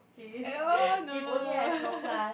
at all no